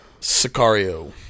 Sicario